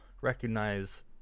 recognize